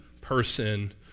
person